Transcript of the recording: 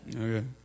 Okay